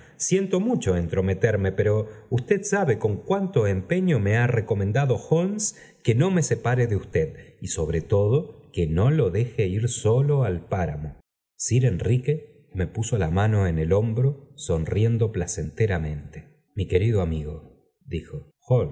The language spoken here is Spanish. siento mucho entrometerme pero usted sabe con cuánto empeño me ha recomendado holmes que no me separe de usted y sobre todo que no lo deje ir solo al páramo r sir enrique me puso la mano en el hombro sonriendo placenteramente amigo dijo